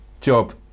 job